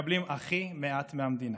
מקבלים הכי מעט מהמדינה.